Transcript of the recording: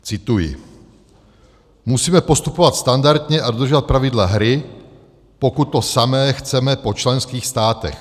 Cituji: Musíme postupovat standardně a dodržovat pravidla hry, pokud to samé chceme po členských státech.